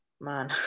man